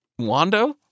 Wando